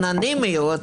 unanimously,